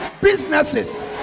businesses